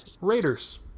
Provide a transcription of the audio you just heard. Raiders